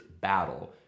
battle